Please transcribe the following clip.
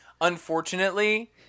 Unfortunately